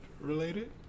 related